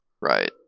Right